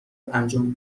انجام